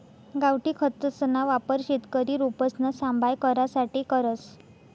गावठी खतसना वापर शेतकरी रोपसना सांभाय करासाठे करस